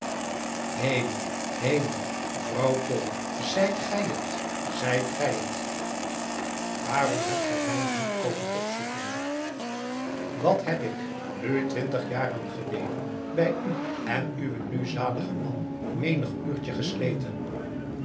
hemel hemel vrouw pool zijt gij het zijt gij het waarom hebt gij mij niet komen opzoeken wat heb ik nu twintig jaren geleden bij u en uwen nu zaligen man menig uurtje gesleten